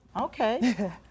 Okay